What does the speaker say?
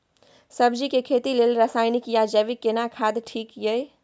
सब्जी के खेती लेल रसायनिक या जैविक केना खाद ठीक ये?